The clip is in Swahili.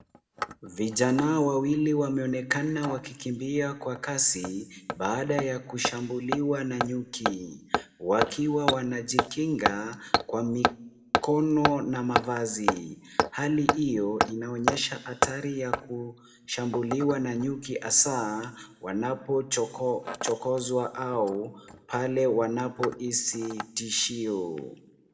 Vijanaa wawili wameonekana wakikimbia kwa kasi, baada ya kushambuliwa na nyuki. Wakiwa wanajikingaa kwa mikono na mavazi. Hali hiyo inaonyesha hatari ya kushambuliwa na nyuki hasaa wanaapochokozwa au pale wanapoisi tishio.